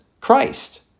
Christ